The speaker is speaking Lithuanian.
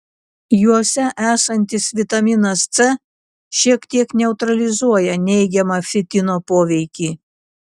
juose esantis vitaminas c šiek tiek neutralizuoja neigiamą fitino poveikį